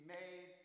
made